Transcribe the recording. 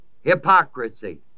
hypocrisy